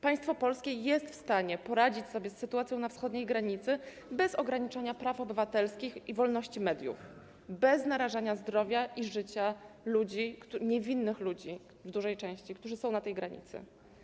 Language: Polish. Państwo polskie jest w stanie poradzić sobie z sytuacją na wschodniej granicy bez ograniczania praw obywatelskich i wolności mediów, bez narażania zdrowia i życia w dużej części niewinnych ludzi, którzy są na tej granicy.